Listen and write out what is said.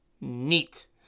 Neat